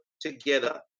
together